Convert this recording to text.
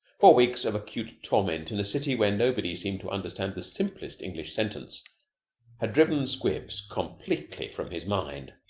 four weeks of acute torment in a city where nobody seemed to understand the simplest english sentence had driven squibs completely from his mind